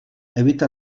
evita